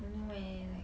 don't know eh like